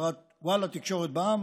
בחברת וואלה תקשורת בע"מ